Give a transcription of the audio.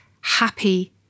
happy